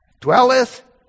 dwelleth